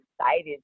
excited